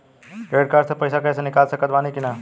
Credit card से पईसा cash निकाल सकत बानी की ना?